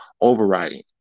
overriding